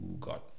God